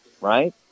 right